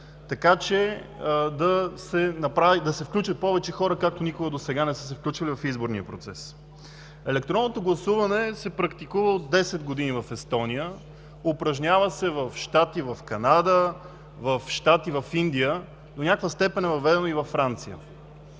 така че да се включат повече хора, както никога досега не са се включвали в изборния процес. Електронното гласуване се практикува от десет години в Естония, упражнява се в щати в Канада, в щати от Индия, до някаква степен е въведено и във Франция.